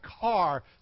car